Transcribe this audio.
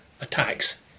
attacks